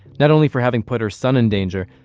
not only for having put her son in danger,